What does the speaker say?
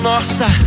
Nossa